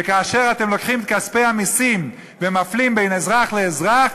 וכאשר אתם לוקחים את כספי המסים ומפלים בין אזרח לאזרח,